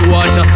one